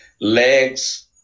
legs